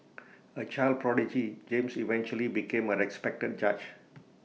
A child prodigy James eventually became A respected judge